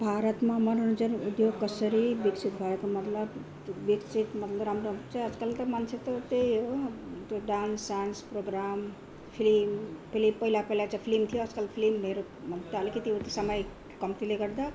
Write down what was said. भारतमा मनोरञ्जन उद्योग कसरी विकसित भएको मतलब विकसित मतलब राम्रो चाहिँ आजकल त मान्छे त त्यही हो त्यो डान्स सान्स प्रोग्राम फिल्म फेरि पहिला पहिला चाहिँ फिल्म थियो आजकल फिल्महरू त अलिकति उ त्यो समय कम्तीले गर्दा